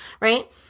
right